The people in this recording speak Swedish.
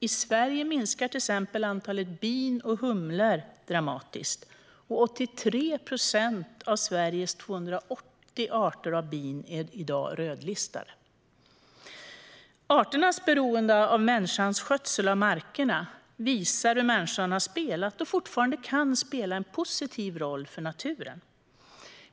I Sverige minskar till exempel antalet bin och humlor dramatiskt. 83 av Sveriges 280 arter av bin är rödlistade. Arternas beroende av människans skötsel av markerna visar hur människan har spelat och fortfarande kan spela en positiv roll för naturen.